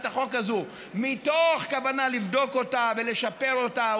החוק הזו מתוך כוונה לבדוק אותה ולשפר אותה,